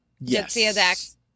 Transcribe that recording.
Yes